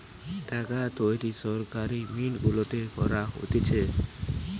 টাকা তৈরী সরকারি মিন্ট গুলাতে করা হতিছে